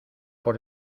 por